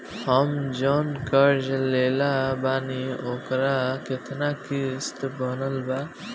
हम जऊन कर्जा लेले बानी ओकर केतना किश्त बनल बा?